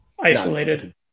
Isolated